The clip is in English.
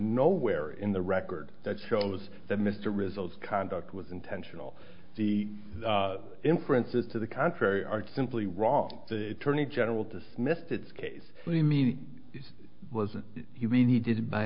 nowhere in the record that shows that mr results conduct was intentional the inferences to the contrary are simply wrong the attorney general dismissed its case the meaning was you mean he did it by